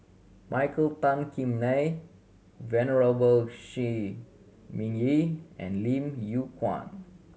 Michael Tan Kim Nei Venerable Shi Ming Yi and Lim Yew Kuan